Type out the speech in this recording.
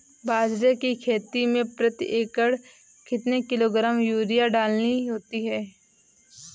बाजरे की खेती में प्रति एकड़ कितने किलोग्राम यूरिया डालनी होती है?